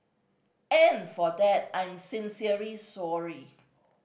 and for that I'm sincerely sorry